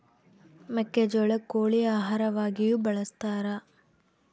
ಮೆಕ್ಕೆಜೋಳ ಕೋಳಿ ಆಹಾರವಾಗಿಯೂ ಬಳಸತಾರ